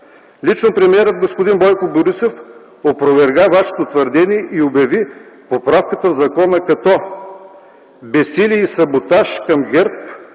Лично премиерът господин Бойко Борисов опроверга Вашето твърдение и обяви поправката в закона като: „Безсилие и саботаж към